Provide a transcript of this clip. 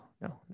no